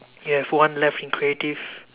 you have one left in creative